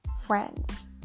Friends